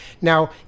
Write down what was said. Now